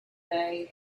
day